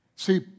See